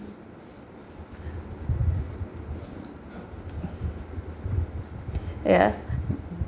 ya